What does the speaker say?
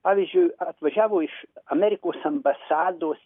pavyzdžiui atvažiavo iš amerikos ambasados